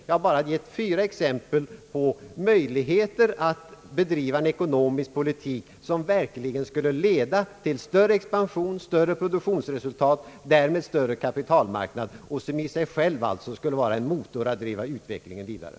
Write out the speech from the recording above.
Jag har nu bara gett fyra exempel på möjligheter att bedriva en ekonomisk politik, som verkligen skulle leda till större expansion, bättre produktionsresultat och därmed en större kapitalmarknad, vilken i sig själv skulle vara en motor för att driva utvecklingen vidare.